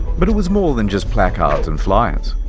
but it was more than just placards and flyers.